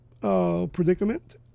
Predicament